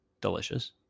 delicious